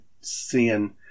seeing